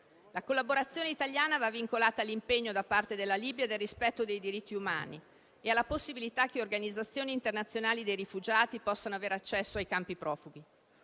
La collaborazione italiana va vincolata all'impegno da parte della Libia del rispetto dei diritti umani e alla possibilità che organizzazioni internazionali dei rifugiati possano avere accesso ai campi profughi.